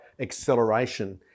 acceleration